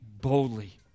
boldly